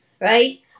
right